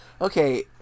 okay